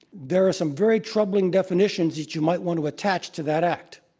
there are some very troubling definitions that you might want to attach to that act.